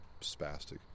spastic